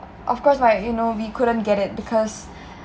of course my you know we couldn't get it because